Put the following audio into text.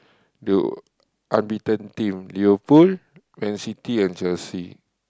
do unbeaten team Liverpool Man-city and Chelsea